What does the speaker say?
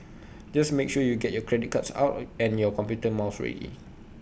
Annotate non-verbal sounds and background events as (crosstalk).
just make sure you get your credit cards out (hesitation) and your computer mouse ready